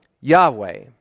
Yahweh